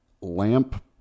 lamp